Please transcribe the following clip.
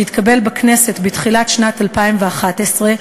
שהתקבל בכנסת בתחילת שנת 2011,